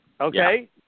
Okay